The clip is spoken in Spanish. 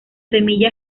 semilla